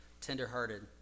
tenderhearted